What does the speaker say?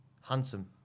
Handsome